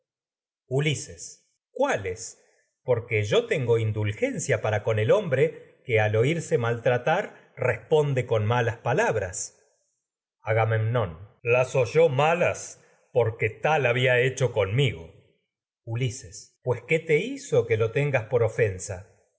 ulises cuáles porque yo tengo indulgencia para con con el hombre que al oírse maltratar responde malas palabras agamemnón cho las oyó malas porque tal había he conmigo ulises pues qué te hizo que lo tengas por agamemnón ofensa